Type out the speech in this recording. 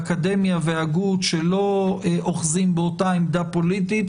אקדמיה והגות שאינם אוחזים באותה עמדה פוליטית,